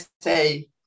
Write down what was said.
say